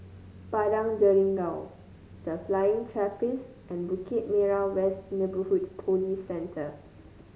Padang Jeringau The Flying Trapeze and Bukit Merah West Neighbourhood Police Center